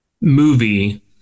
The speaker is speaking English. movie